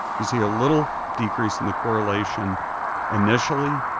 you see a little decrease in the correlation initially,